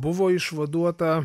buvo išvaduota